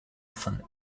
often